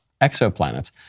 exoplanets